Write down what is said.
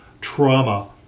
trauma